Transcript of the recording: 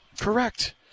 Correct